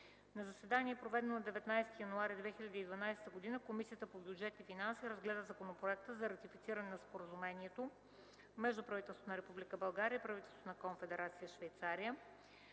На заседание проведено на 19 януари 2012 г. Комисията по бюджет и финанси разгледа Законопроект за ратифициране на Споразумението между правителството на Република България и правителството на Конфедерация Швейцария.